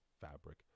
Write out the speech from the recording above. fabric